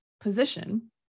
position